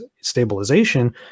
stabilization